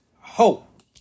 hope